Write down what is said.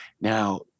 Now